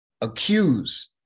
accuse